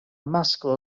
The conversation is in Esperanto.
masklo